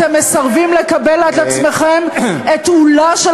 אתם מסרבים לקבל על עצמכם את עוּלה של